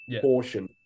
Portion